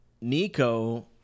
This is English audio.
Nico